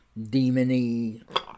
demony